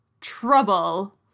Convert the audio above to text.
trouble